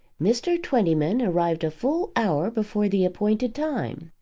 mr. twentyman arrived a full hour before the appointed time.